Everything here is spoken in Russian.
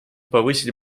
повысить